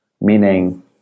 meaning